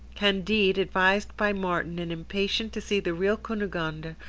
candide, advised by martin and impatient to see the real cunegonde,